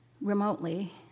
remotely